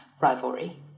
rivalry